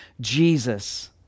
Jesus